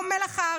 לא מלח הארץ,